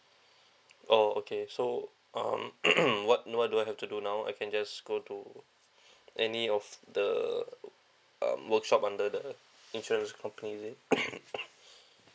oh okay so um what what do I have to do now I can just go to any of the uh workshop under the insurance company is it